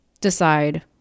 decide